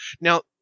Now